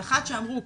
אחת שאמרו,